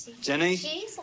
Jenny